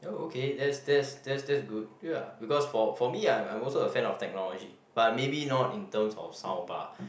oh okay that's that's that's that's good ya because for for me I'm I'm also a fan of technology but maybe not in terms of sound bar